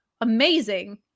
amazing